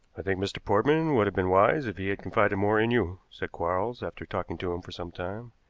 i think mr. portman would have been wise if he had confided more in you, said quarles, after talking to him for some time.